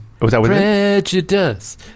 Prejudice